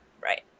Right